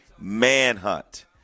manhunt